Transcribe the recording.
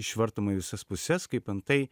išvartoma visas puses kaip antai